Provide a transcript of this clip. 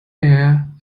air